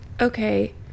okay